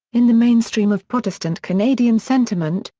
in the mainstream of protestant canadian sentiment,